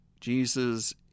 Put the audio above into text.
Jesus